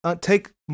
take